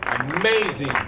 amazing